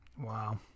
Wow